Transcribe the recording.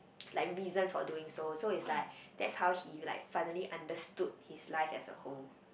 like reasons for doing so so it's like that's how he like finally understood his life as a whole